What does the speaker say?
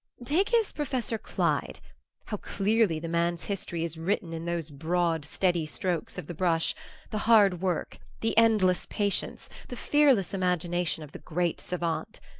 take his professor clyde how clearly the man's history is written in those broad steady strokes of the brush the hard work, the endless patience, the fearless imagination of the great savant!